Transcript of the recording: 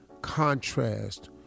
contrast